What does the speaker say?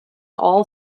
all